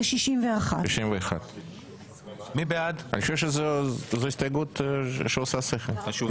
זה 61. אני חושב שזו הסתייגות שעושה שכל.